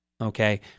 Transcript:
okay